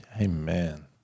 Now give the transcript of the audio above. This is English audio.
amen